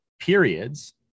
periods